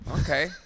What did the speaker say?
Okay